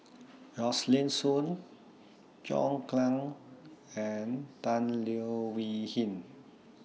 Rosaline Soon John Clang and Tan Leo Wee Hin